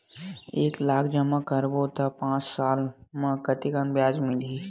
एक लाख जमा करबो त पांच साल म कतेकन ब्याज मिलही?